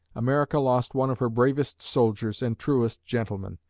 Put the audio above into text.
america lost one of her bravest soldiers and truest gentlemen.